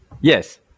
Yes